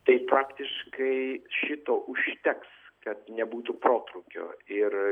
tai praktiškai šito užteks kad nebūtų protrūkio ir